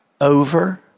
over